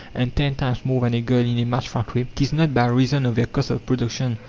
and ten times more than a girl in a match factory, it is not by reason of their cost of production,